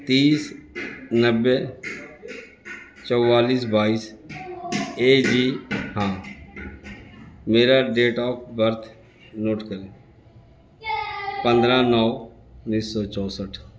تیس نوے چوالیس بائیس اے جی ہاں میرا ڈیٹ آف برتھ نوٹ کریں پندرہ نو انیس سو چونسٹھ